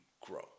grow